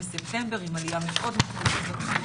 בספטמבר עם עלייה מאוד מאוד גבוה בתחלואה,